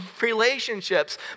relationships